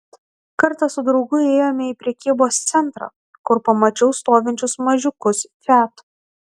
kartą su draugu ėjome į prekybos centrą kur pamačiau stovinčius mažiukus fiat